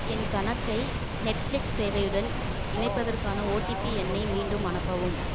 என் கணக்கை நெட்ஃப்ளிக்ஸ் சேவையுடன் இணைப்பதற்கான ஓடிபி எண்ணை மீண்டும் அனுப்பவும்